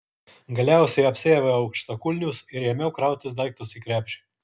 galiausiai apsiaviau aukštakulnius ir ėmiau krautis daiktus į krepšį